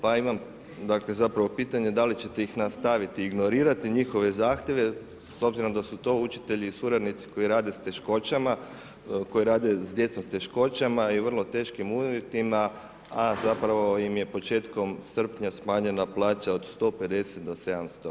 Pa imam dakle zapravo pitanje da li ćete ih nastaviti ignorirati, njihove zahtjeve s obzirom da su to učitelji i suradnici koji rade s teškoćama, koji rade s djecom s teškoćama i u vrlo teškim uvjetima, a zapravo im je početkom srpnja smanjena plaća od 150 do 700 kuna?